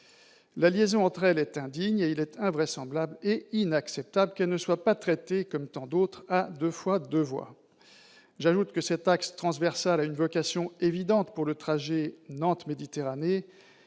La liaison entre elles est indigne, et il est invraisemblable et inacceptable qu'elle ne soit pas traitée, comme tant d'autres, à deux fois deux voies. J'ajoute que cet axe transversal a une vocation évidente pour le trajet Nantes-Méditerranée,